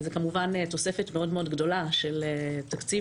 זו כמובן תוספת מאוד-מאוד גדולה של תקציב